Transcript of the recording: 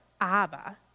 Abba